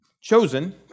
chosen